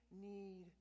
need